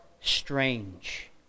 strange